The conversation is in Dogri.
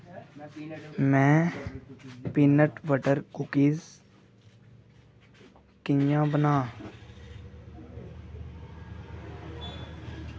में पीनट बटर कुकिज कि'यां बनांऽ